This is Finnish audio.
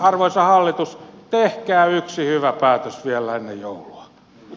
arvoisa hallitus tehkää yksi hyvä päätös vielä ennen joulua